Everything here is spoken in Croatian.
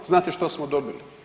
Znate što smo dobili?